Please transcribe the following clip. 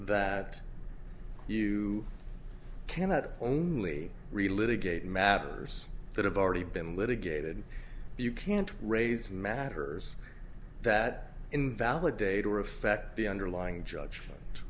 that you cannot only really litigate matters that have already been litigated you can't raise matters that invalidate or affect the underlying judg